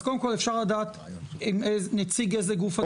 אז קודם כל, אפשר לדעת נציג איזה גוף מדבר?